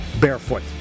barefoot